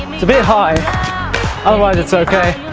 um it's a bit high otherwise it's okay